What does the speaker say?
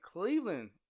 Cleveland